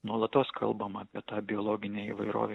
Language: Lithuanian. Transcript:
nuolatos kalbama apie tą biologinę įvairovę